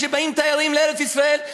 כשבאים תיירים לארץ-ישראל,